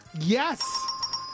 Yes